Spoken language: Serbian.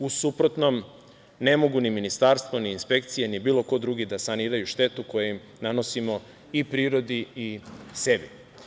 U suprotnom, ne mogu ni ministarstvo, ni inspekcije, ni bilo ko drugi da saniraju štetu koju nanosimo i prirodi i sebi.